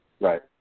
Right